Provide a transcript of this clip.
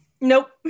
Nope